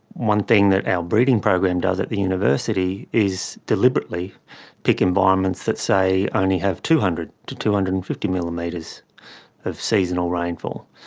one thing that our breeding program does at the university is deliberately pick environments that, say, only have two hundred to two hundred and fifty millimetres of seasonal rainfall,